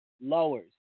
lowers